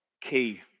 key